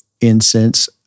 incense